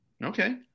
Okay